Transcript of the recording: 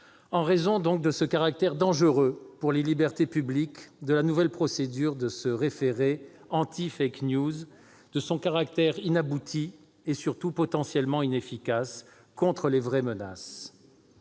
en raison du caractère dangereux pour les libertés publiques de la nouvelle procédure de référé anti-, de son caractère inabouti et potentiellement inefficace contre les vraies menaces.